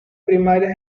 primarias